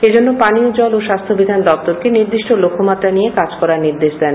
এজন্য পানীয় জল ও স্বাস্থ্যবিধান দপ্তরকে নির্দিষ্ট লক্ষ্যমাত্রা নিয়ে কাজ করার নির্দেশ দেন